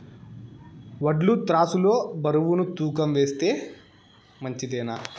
వడ్లు త్రాసు లో బరువును తూకం వేస్తే మంచిదేనా?